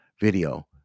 video